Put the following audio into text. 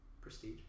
prestige